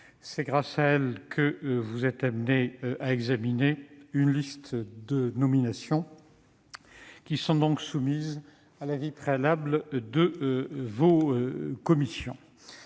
C'est grâce à elle que nous sommes amenés à examiner une liste de nominations, qui sont donc soumises à l'avis préalable de nos commissions.